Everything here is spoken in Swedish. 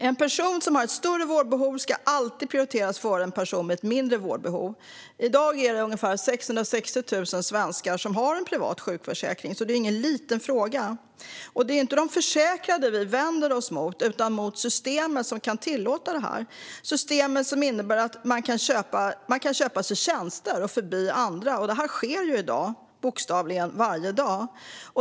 En person som har ett större vårdbehov ska alltid prioriteras före en person med ett mindre vårdbehov. I dag är det ungefär 660 000 svenskar som har en privat sjukförsäkring. Detta är alltså ingen liten fråga. Det är inte de försäkrade som vi vänder oss mot, utan vi vänder oss mot systemet som kan tillåta detta. Det är ett system som innebär att man kan köpa sig tjänster och gå förbi andra, vilket sker i dag - bokstavligen varje dag.